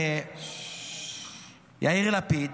יאיר לפיד,